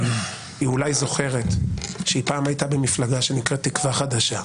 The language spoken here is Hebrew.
היא אולי זוכרת שהיא פעם הייתה במפלגה שנקראת "תקווה חדשה",